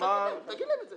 אז תגיד להם את זה.